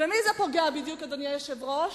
במי זה פוגע בדיוק, אדוני היושב-ראש?